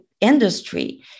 industry